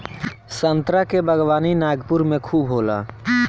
संतरा के बागवानी नागपुर में खूब होला